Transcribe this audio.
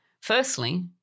Firstly